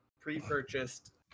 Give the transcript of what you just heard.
pre-purchased